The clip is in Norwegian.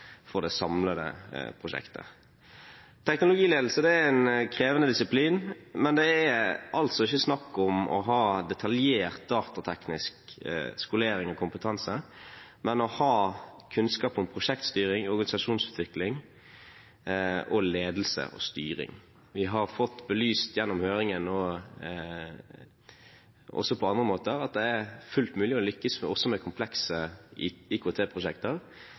for det samlede prosjektet. Teknologiledelse er en krevende disiplin, men det er altså ikke snakk om å ha detaljert datateknisk skolering og kompetanse, men å ha kunnskap om prosjektstyring og organisasjonsutvikling og ledelse og styring. Vi har fått belyst gjennom høringen, og også på andre måter, at det er fullt mulig også å lykkes med komplekse